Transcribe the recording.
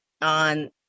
on